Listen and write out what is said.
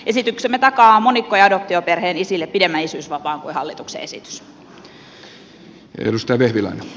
esityksemme takaa monikko ja adoptioperheiden isille pidemmän isyysvapaan kuin hallituksen esitys